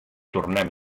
tornem